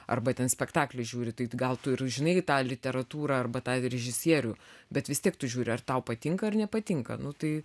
arba ten spektaklį žiūri tai gal tu ir žinai tą literatūrą arba tą režisierių bet vis tiek tu žiūri ar tau patinka ar nepatinka nu tai